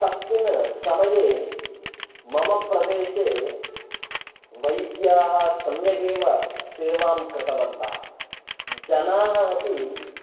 तस्मिन् समये मम प्रदेशे वैद्याः सम्यगेव सेवां कृतवन्तः जनाः अपि